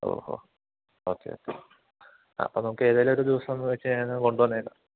ഓഹോ okay okay അപ്പം നമുക്ക് ഏതെങ്കിലുമൊരു ദിവസം വച്ചു കഴിഞ്ഞാൽ ഞാൻ അങ്ങ് കൊണ്ടു വന്നേക്കാം